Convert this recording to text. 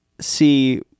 see